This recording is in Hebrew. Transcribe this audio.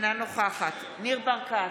אינה נוכחת ניר ברקת,